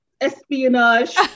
espionage